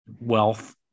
wealth